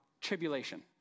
tribulation